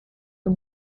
für